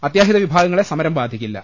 അത്യാഹിത വിഭാഗങ്ങളെ സമരം ബാധിക്കില്ല